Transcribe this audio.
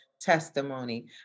testimony